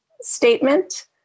statement